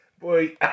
Boy